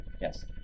Yes